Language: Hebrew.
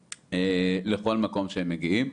לכל מקום שהם מגיעים.